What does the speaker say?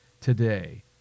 today